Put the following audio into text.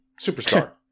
superstar